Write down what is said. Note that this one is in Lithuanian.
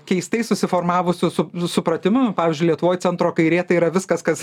keistai susiformavusiu su supratimu pavyzdžiui lietuvoj centro kairė tai yra viskas kas